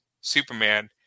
superman